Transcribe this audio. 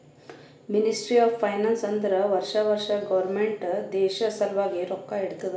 ministry of finance ಅಂದುರ್ ವರ್ಷಾ ವರ್ಷಾ ಗೌರ್ಮೆಂಟ್ ದೇಶ ಸಲ್ವಾಗಿ ರೊಕ್ಕಾ ಇಡ್ತುದ